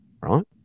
right